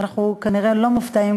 ואנחנו כנראה לא מופתעים,